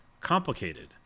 complicated